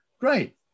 Great